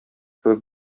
кебек